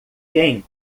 quem